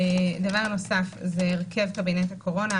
דבר נוסף, הרכב קבינט הקורונה.